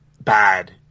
bad